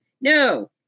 No